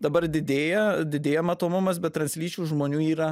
dabar didėja didėja matomumas bet translyčių žmonių yra